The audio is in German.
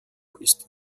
ist